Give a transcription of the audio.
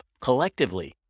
Collectively